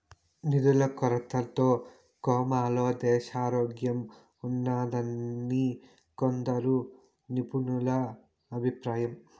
నిధుల కొరతతో కోమాలో దేశారోగ్యంఉన్నాదని కొందరు నిపుణుల అభిప్రాయం